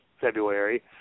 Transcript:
February